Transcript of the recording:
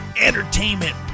entertainment